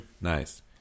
Nice